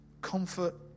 comfort